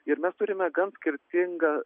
ir mes turime gan skirtingą